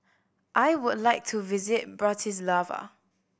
I would like to visit Bratislava